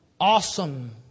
awesome